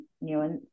nuance